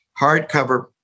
hardcover